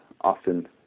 often